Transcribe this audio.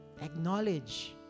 Acknowledge